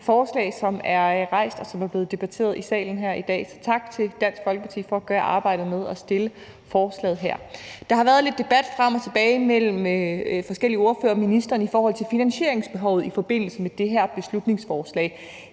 forslag, som er fremsat, og som er blevet debatteret i salen her i dag. Så tak til Dansk Folkeparti for at gøre arbejdet med at fremsætte forslaget her. Der har været lidt debat frem og tilbage mellem forskellige ordførere og ministeren om finansieringsbehovet i forbindelse med det her beslutningsforslag.